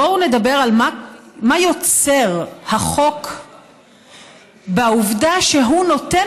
בואו נדבר על מה יוצר החוק בעובדה שהוא נותן